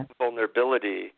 vulnerability